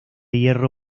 hierro